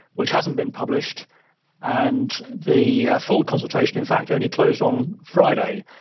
which hasn't been published and the full consultation, in fact, only closed on friday.